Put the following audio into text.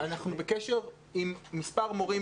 אנחנו בקשר עם מספר מורים,